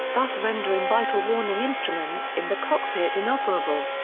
thus rendering vital warning instruments in the cockpit inoperable.